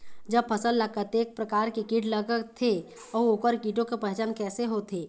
जब फसल ला कतेक प्रकार के कीट लगथे अऊ ओकर कीटों के पहचान कैसे होथे?